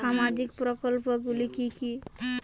সামাজিক প্রকল্প গুলি কি কি?